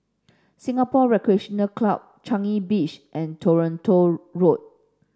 Singapore Recreation Club Changi Beach and Toronto Road